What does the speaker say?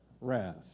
wrath